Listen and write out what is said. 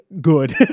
good